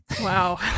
Wow